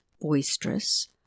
boisterous